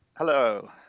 hello.